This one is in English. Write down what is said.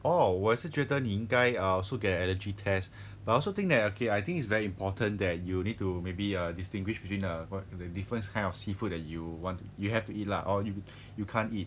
oh 我也是觉得你应该 uh also get an allergy test but I also think that okay I think it's very important that you need to maybe err distinguish between err different kind of seafood that you want to you have to eat lah or you can't eat